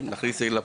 אני רוצה לסכם.